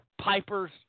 Piper's